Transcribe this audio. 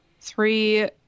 three